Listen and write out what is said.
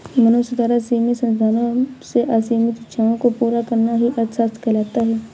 मनुष्य द्वारा सीमित संसाधनों से असीमित इच्छाओं को पूरा करना ही अर्थशास्त्र कहलाता है